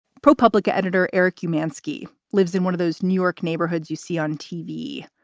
propublica editor eric romanski lives in one of those new york neighborhoods you see on tv,